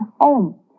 home